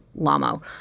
Lamo